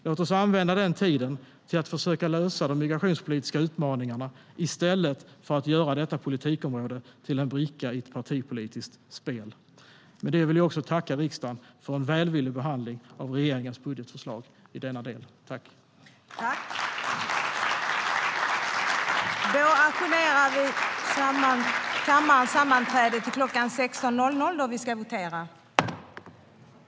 Låt oss använda den tiden till att försöka lösa de migrationspolitiska utmaningarna i stället för att göra detta politikområde till en bricka i ett partipolitiskt spel.